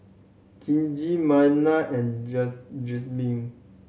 Kizzy Maynard and Jereme